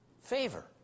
favor